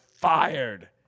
fired